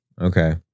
Okay